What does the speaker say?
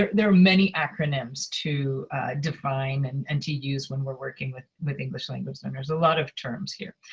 there are many acronyms to define and and to use when we're working with with english language learners a lot of terms here.